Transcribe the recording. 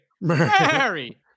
Mary